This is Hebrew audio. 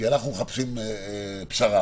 אנחנו מחפשים פשרה.